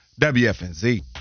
WFNZ